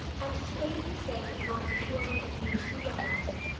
and today's mistake is going to cure me of being too romantic.